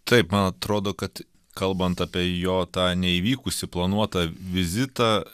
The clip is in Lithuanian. taip man atrodo kad kalbant apie jo tą neįvykusį planuotą vizitą